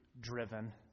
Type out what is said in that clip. driven